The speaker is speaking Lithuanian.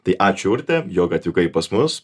tai ačiū urte jog atvykai pas mus